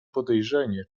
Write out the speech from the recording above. podejrzenie